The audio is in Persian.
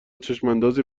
چشماندازی